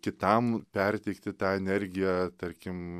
kitam perteikti tą energiją tarkim